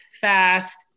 fast